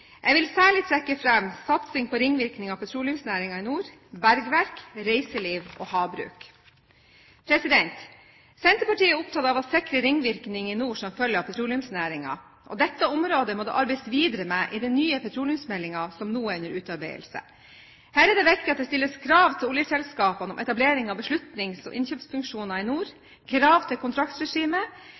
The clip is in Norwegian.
Jeg vil særlig trekke fram satsing på ringvirkninger av petroleumsnæringen i nord, bergverk, reiseliv og havbruk. Senterpartiet er opptatt av å sikre ringvirkninger i nord som følge av petroleumsnæringen, og dette området må det arbeides videre med i den nye petroleumsmeldingen som nå er under utarbeidelse. Her er det viktig at det stilles krav til oljeselskapene om etablering av beslutnings- og innkjøpsfunksjoner i nord, krav til kontraktsregime,